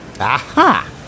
Aha